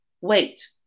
wait